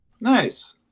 Nice